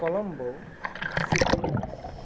Colombo city